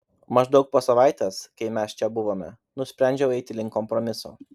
maždaug po savaitės kai mes čia buvome nusprendžiau eiti link kompromiso